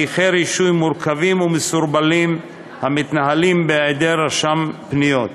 בהליכי רישוי מורכבים ומסורבלים המתנהלים בהיעדר רשם פניות.